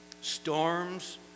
Storms